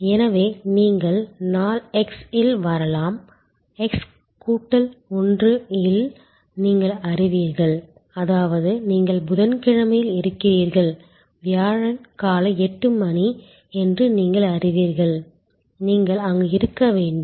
எனவே நீங்கள் நாள் x இல் வரலாம் x கூட்டல் 1 இல் நீங்கள் அறிவீர்கள் அதாவது நீங்கள் புதன் கிழமையில் இருக்கிறீர்கள் வியாழன் காலை 8 மணி என்று நீங்கள் அறிவீர்கள் நீங்கள் அங்கு இருக்க வேண்டும்